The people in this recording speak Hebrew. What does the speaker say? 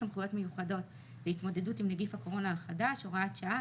סמכויות מיוחדות להתמודדות עם נגיף הקורונה החדש (הוראת שעה),